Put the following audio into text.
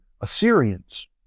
Assyrians